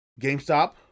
GameStop